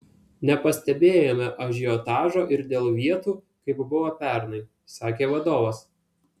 nepastebėjome ažiotažo ir dėl vietų kaip buvo pernai sakė vadovas